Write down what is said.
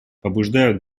побуждают